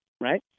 right